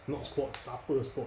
not sports supper spots